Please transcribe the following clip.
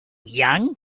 young